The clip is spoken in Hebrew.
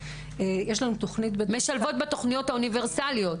יש לנו --- משתלבות בתוכניות האוניברסליות?